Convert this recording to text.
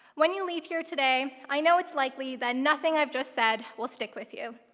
when you leave here today, i know it's likely that nothing i've just said will stick with you.